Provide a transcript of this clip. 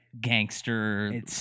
gangster